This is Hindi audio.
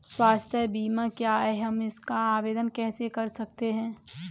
स्वास्थ्य बीमा क्या है हम इसका आवेदन कैसे कर सकते हैं?